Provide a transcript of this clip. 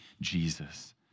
Jesus